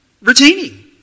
retaining